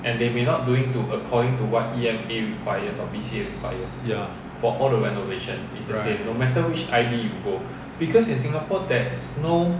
ya right